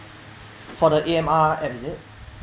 for the A_M_R app is it